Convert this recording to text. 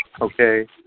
Okay